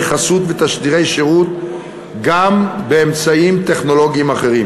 חסות ותשדירי שירות גם באמצעים טכנולוגיים אחרים,